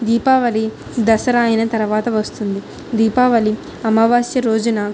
దీపావళీ దసరా అయిన తర్వాత వస్తుంది దీపావళీ అమావాస్య రోజున